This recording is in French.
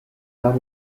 par